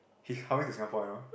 he coming to Singapore you know